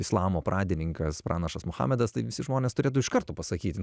islamo pradininkas pranašas muhamedas tai visi žmonės turėtų iš karto pasakyti